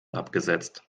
abgesetzt